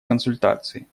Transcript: консультации